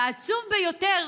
ועצוב ביותר,